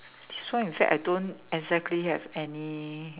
so in fact I don't exactly have any